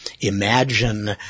imagine